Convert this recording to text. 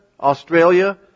Australia